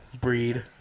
breed